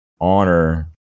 honor